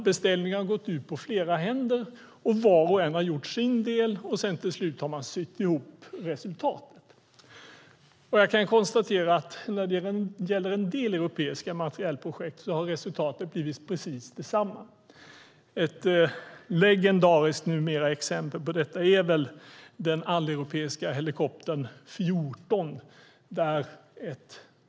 Beställningen har gått ut på flera händer. Var och en har gjort sin del och till slut har man sytt ihop resultatet. Jag kan konstatera att när det gäller en del europeiska materielprojekt har resultatet blivit precis detsamma. Ett numera legendariskt exempel på detta är väl den alleuropeiska helikopter 14.